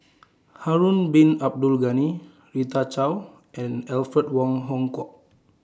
Harun Bin Abdul Ghani Rita Chao and Alfred Wong Hong Kwok